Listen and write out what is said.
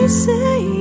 say